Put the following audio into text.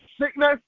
sickness